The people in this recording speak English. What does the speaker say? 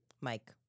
Mike